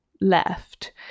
left